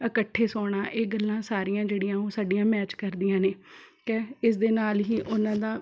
ਇਕੱਠੇ ਸੋਣਾ ਇਹ ਗੱਲਾਂ ਸਾਰੀਆਂ ਜਿਹੜੀਆਂ ਉਹ ਸਾਡੀਆਂ ਮੈਚ ਕਰਦੀਆਂ ਨੇ ਕਿ ਇਸ ਦੇ ਨਾਲ ਹੀ ਉਹਨਾਂ ਦਾ